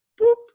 boop